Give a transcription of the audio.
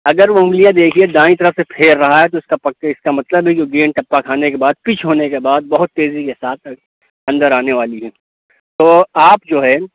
اگر وہ انگلیاں دیکھیے دائیں طرف سے پھیر رہا ہے تو اُس کا پکّا اِس کا مطلب ہے کہ وہ گیند ٹپا کھانے کے بعد پچ ہونے کے بعد بہت تیزی کے ساتھ اندر آنے والی ہیں تو آپ جو ہے